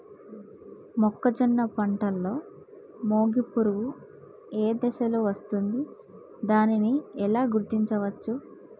మొక్కజొన్న పంటలో మొగి పురుగు ఏ దశలో వస్తుంది? దానిని ఎలా గుర్తించవచ్చు?